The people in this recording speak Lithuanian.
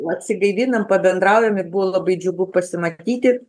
atsigaivinam pabendraujam ir buvo labai džiugu pasimatyti